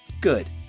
Good